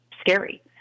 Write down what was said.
scary